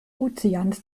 ozeans